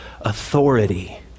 authority